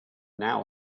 now